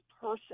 person